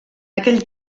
aquell